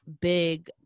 big